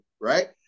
right